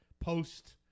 post